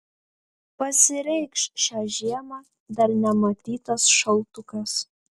pasireikš šią žiemą dar nematytas šaltukas